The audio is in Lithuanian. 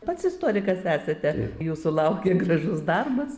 pats istorikas esate jūsų laukia gražus darbas